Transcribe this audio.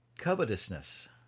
covetousness